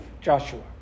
Joshua